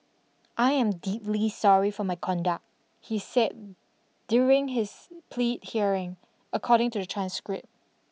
I am deeply sorry for my conduct he said during his plea hearing according to a transcript